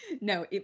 no